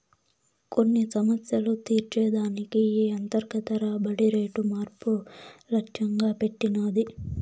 కొన్ని సమస్యలు తీర్చే దానికి ఈ అంతర్గత రాబడి రేటు మార్పు లచ్చెంగా పెట్టినది